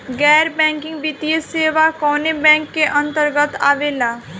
गैर बैंकिंग वित्तीय सेवाएं कोने बैंक के अन्तरगत आवेअला?